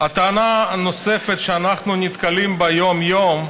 הטענה הנוספת שאנחנו נתקלים בה יום-יום: